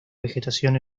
vegetación